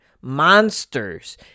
monsters